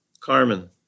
Carmen